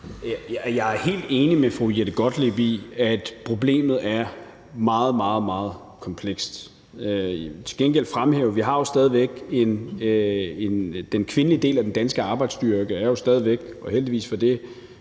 Jeg helt enig med fru Jette Gottlieb i, at problemet er meget, meget komplekst. Jeg vil til gengæld fremhæve, at den kvindelige del af den danske arbejdsstyrke stadig væk, og heldigvis for det,